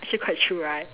actually quite true right